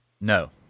No